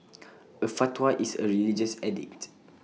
A fatwa is A religious edict